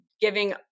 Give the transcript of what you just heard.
giving